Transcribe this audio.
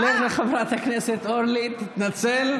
לך לחברת הכנסת אורלי, תתנצל.